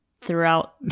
throughout